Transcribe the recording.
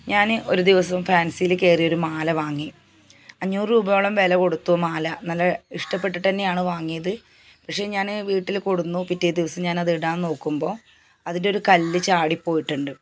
ഞാൻ ഒരു ദിവസം ഫാൻസിയിൽ കയറി ഒരു മാല വാങ്ങി അഞ്ഞൂറ് രൂപയോളം വില കൊടുത്തു മാല നല്ല ഇഷ്ടപ്പെട്ടിട്ട് തന്നെയാണ് വാങ്ങിയത് പക്ഷെ ഞാൻ വീട്ടിൽ കൊണ്ടു വന്നു പിറ്റേ ദിവസം ഞാൻ അത് ഇടാൻ നോക്കുമ്പോൾ അതിൻ്റെ ഒരു കല്ല് ചാടിപ്പോയിട്ടുണ്ട്